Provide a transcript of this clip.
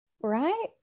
Right